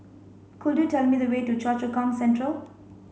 could you tell me the way to Choa Chu Kang Central